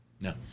No